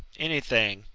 anything,